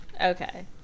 Okay